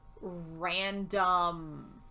random